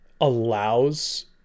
allows